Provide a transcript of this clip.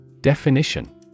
Definition